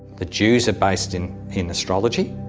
the jews are based in in astrology,